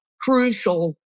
crucial